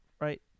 Right